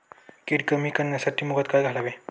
कीड कमी करण्यासाठी मुगात काय घालावे?